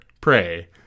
Pray